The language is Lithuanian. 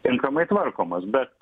tinkamai tvarkomas bet